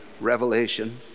revelation